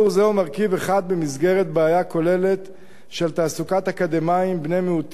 זהו מרכיב אחד במסגרת בעיה כוללת של תעסוקת אקדמאים בני מיעוטים,